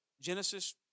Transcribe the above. Genesis